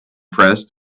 pressed